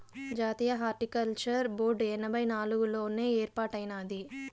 జాతీయ horticulture board ఎనభై నాలుగుల్లోనే ఏర్పాటైనాది